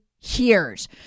years